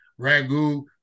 ragu